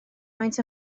maent